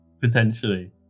Potentially